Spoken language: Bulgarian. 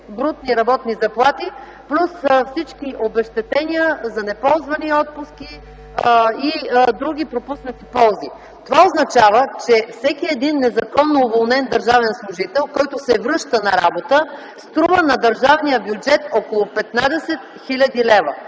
брутни работни заплати плюс всички обезщетения за неползвани отпуски и други пропуснати ползи. Това означава, че всеки незаконно уволнен държавен служител, който се връща на работа, струва на държавния бюджет около 15 хил. лв.